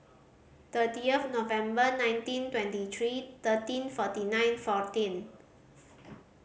thirty of November nineteen twenty three thirteen forty nine fourteen